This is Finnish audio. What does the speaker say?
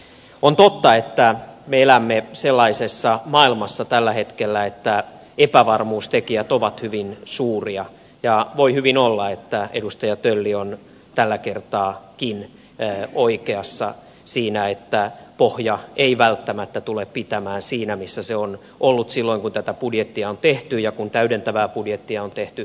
on totta että me elämme sellaisessa maailmassa tällä hetkellä että epävarmuustekijät ovat hyvin suuria ja voi hyvin olla että edustaja tölli on tälläkin kertaa oikeassa siinä että pohja ei välttämättä tule pitämään siinä missä se on ollut silloin kun tätä budjettia on tehty ja kun täydentävää budjettia on tehty